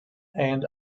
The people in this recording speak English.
and